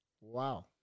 Wow